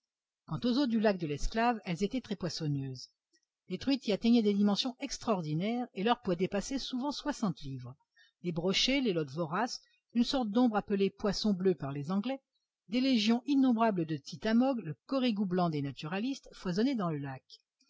quant aux eaux du lac de l'esclave elles étaient très poissonneuses les truites y atteignaient des dimensions extraordinaires et leur poids dépassait souvent soixante livres les brochets les lottes voraces une sorte d'ombre appelé poisson bleu par les anglais des légions innombrables de tittamegs le corregou blanc des naturalistes foisonnaient dans le lac